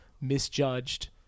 misjudged